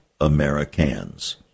Americans